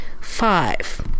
Five